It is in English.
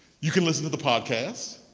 you can listen to the podcast.